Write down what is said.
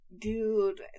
dude